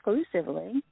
exclusively